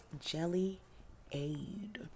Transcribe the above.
Jelly-Aid